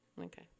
Okay